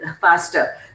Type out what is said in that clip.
faster